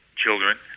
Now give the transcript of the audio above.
children